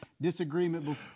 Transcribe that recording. disagreement